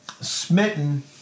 smitten